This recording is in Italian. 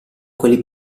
quelli